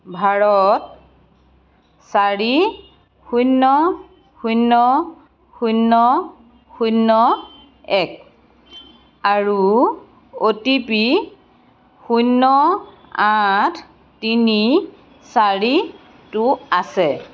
ভাৰত চাৰি শূন্য শূন্য শূন্য শূন্য এক আৰু অ' টি পি শূন্য আঠ তিনি চাৰিটো আছে